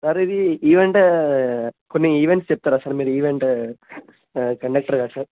sir ఇది event కొన్ని events చెప్తారా సార్ మీరు ఈవెంట్ కండక్టర్గా సార్